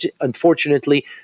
unfortunately